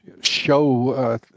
show